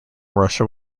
russia